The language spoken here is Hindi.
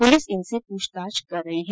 पुलिस इनसे पूछताछ कर रही है